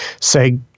say